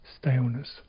staleness